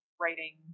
writing